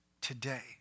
today